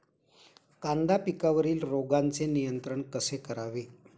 कांदा पिकावरील रोगांचे नियंत्रण कसे करावे?